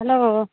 hello